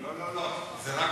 לא, לא, זה רק